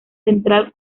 central